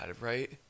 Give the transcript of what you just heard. right